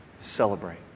Celebrate